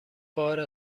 بار